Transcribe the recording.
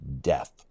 death